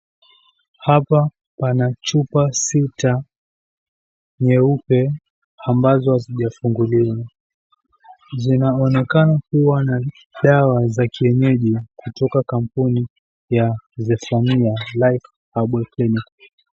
Hapa pana chupa sita nyeupe ambazo hazijafunguliwa. Zina mwonekano kuwa na dawa za kienyeji kutoka kampuni ya Zephania Life Herbal Clinic.